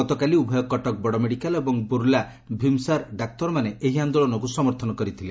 ଗତକାଲି ଉଭୟ କଟକ ବଡ଼ମେଡ଼ିକାଲ ଏବଂ ବୂର୍ଲା ଭୀମ୍ସାର ଡାକ୍ତରମାନେ ଏହି ଆନ୍ଦୋଳନକୁ ସମର୍ଥନ କରିଥିଲେ